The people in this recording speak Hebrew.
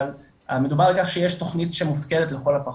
אבל מדובר על כך שיש תוכנית שמופקדת לכל הפחות,